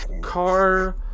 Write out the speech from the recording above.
car